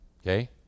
Okay